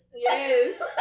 Yes